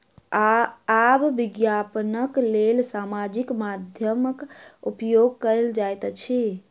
आब विज्ञापनक लेल सामाजिक माध्यमक उपयोग कयल जाइत अछि